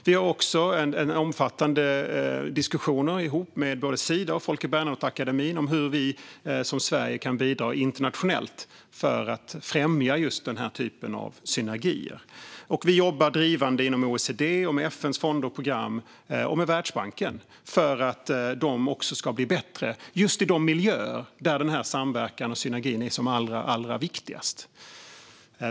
Vi har också omfattande diskussioner med både Sida och Folke Bernadotteakademin om hur Sverige kan bidra internationellt för att främja just den här typen av synergier. Vi jobbar drivande inom OECD, med FN:s fonder och program och med Världsbanken för att de också ska bli bättre just i de miljöer där denna samverkan och synergi är som allra viktigast.